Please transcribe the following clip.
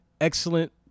excellent